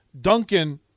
Duncan